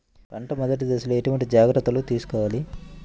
పంట మెదటి దశలో ఎటువంటి జాగ్రత్తలు తీసుకోవాలి?